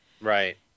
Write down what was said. right